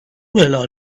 well